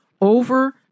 over